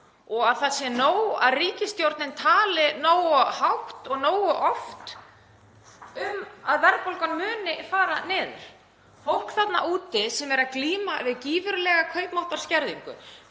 og að það sé nóg að ríkisstjórnin tali nógu hátt og nógu oft um að verðbólgan muni fara niður. Fólk þarna úti er að glíma við gífurlega kaupmáttarskerðingu.